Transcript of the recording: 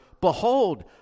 behold